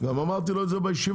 גם אמרתי לו את זה בישיבה,